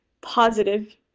positive